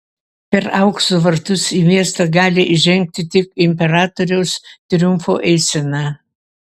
per aukso vartus į miestą gali įžengti tik imperatoriaus triumfo eisena